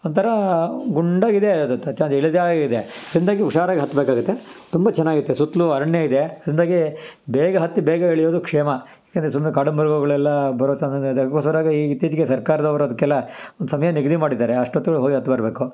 ಒಂಥರಾ ಗುಂಡಾಗಿದೆ ಅದು ಇಳಿಜಾರಾಗಿದೆ ಅದರಿಂದಾಗಿ ಹುಷಾರಾಗಿ ಹತ್ಬೇಕಾಗುತ್ತೆ ತುಂಬ ಚೆನ್ನಾಗಿರುತ್ತೆ ಸುತ್ತಲೂ ಅರಣ್ಯ ಇದೆ ಅದರಿಂದಾಗಿ ಬೇಗ ಹತ್ತಿ ಬೇಗ ಇಳಿಯೋದು ಕ್ಷೇಮ ಏಕೆಂದ್ರೆ ಸುಮ್ಮನೆ ಕಾಡು ಮೃಗಗಳೆಲ್ಲ ಬರೋ ಚಾನ್ಸಸ್ ಇದೆ ಅದ್ಕೋಸ್ಕರವಾಗೇ ಈಗ ಇತ್ತೀಚೆಗೆ ಸರ್ಕಾರ್ದವ್ರು ಅದ್ಕೆಲ್ಲ ಒಂದು ಸಮಯ ನಿಗದಿ ಮಾಡಿದ್ದಾರೆ ಅಷ್ಟೊತ್ತೊಳಗೆ ಹೋಗಿ ಹತ್ತಿ ಬರಬೇಕು